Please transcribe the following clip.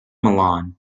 milan